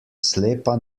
slepa